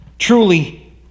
Truly